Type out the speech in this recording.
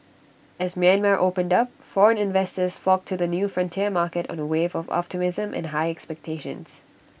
as Myanmar opened up foreign investors flocked to the new frontier market on A wave of optimism and high expectations